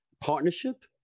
partnership